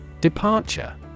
Departure